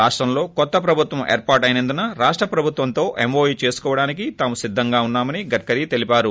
రాష్టంలో కొత్త ప్రభుత్వం ఏర్పాటైనందున రాష్ట ప్రభుత్వంతో ఎంఓయూ ్ చేసుకోవడానికి తామ్ద సిద్దంగా ఉన్నా మని గడ్కరీ తెలిపారు